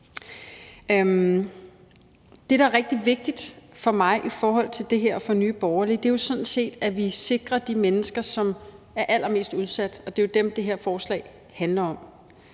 Det, der er rigtig vigtigt for mig og for Nye Borgerlige i forhold til det her, er sådan set, at vi sikrer de mennesker, som er allermest udsat, og det er jo dem, det her forslag handler om.